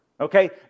okay